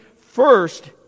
first